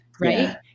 right